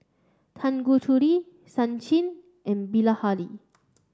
Tanguturi Sachin and Bilahari